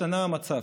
השתנה המצב: